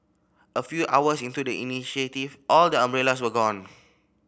a few hours into the initiative all the umbrellas were gone